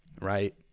right